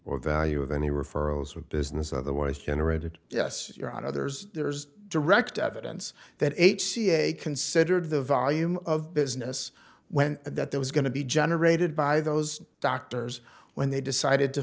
or value of any referrals or business otherwise generated yes you're on others there's direct evidence that h c a considered the volume of business went and that there was going to be generated by those doctors when they decided to